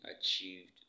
achieved